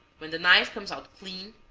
when the knife comes out clean,